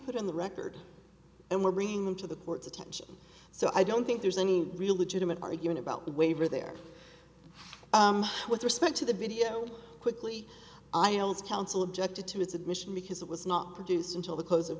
put in the record and we're bringing them to the court's attention so i don't think there's any real legitimate argument about the waiver there with respect to the video quickly aisles counsel objected to his admission because it was not produced until the close of